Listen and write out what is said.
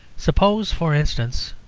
suppose, for instance,